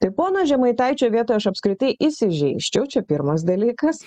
tai pono žemaitaičio vietoj aš apskritai įsižeisčiau čia pirmas dalykas